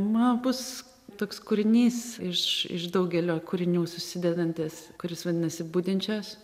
man bus toks kūrinys iš iš daugelio kūrinių susidedantis kuris vadinasi budinčios